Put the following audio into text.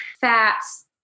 fats